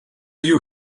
you